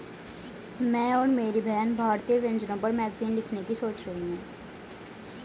मैं और मेरी बहन भारतीय व्यंजनों पर मैगजीन लिखने की सोच रही है